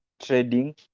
trading